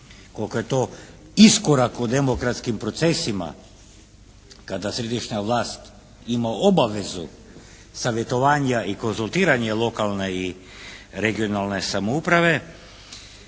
koliko je to iskorak u demokratskim procesima kada središnja vlast ima obavezu savjetovanja i konzultiranje lokalne i regionalne samouprave.